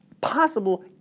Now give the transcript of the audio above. possible